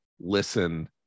listen